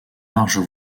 larges